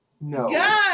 No